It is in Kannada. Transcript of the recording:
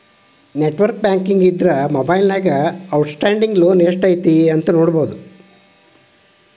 ನೆಟ್ವರ್ಕ್ ಬ್ಯಾಂಕಿಂಗ್ ಇದ್ರ ಮೊಬೈಲ್ನ್ಯಾಗ ಔಟ್ಸ್ಟ್ಯಾಂಡಿಂಗ್ ಲೋನ್ ಎಷ್ಟ್ ಐತಿ ನೋಡಬೋದು